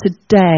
today